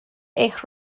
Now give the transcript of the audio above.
eich